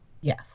Yes